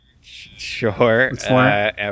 Sure